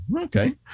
Okay